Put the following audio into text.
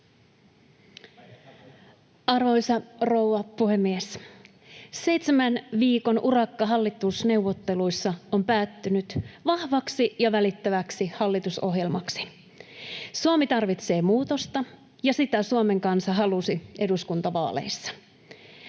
Arvoisa rouva puhemies! Seitsemän viikon urakka hallitusneuvotteluissa on päättynyt vahvaksi ja välittäväksi hallitusohjelmaksi. Suomi tarvitsee muutosta, ja sitä Suomen kansa halusi eduskuntavaaleissa.